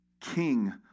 King